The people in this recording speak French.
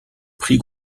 prix